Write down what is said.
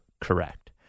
correct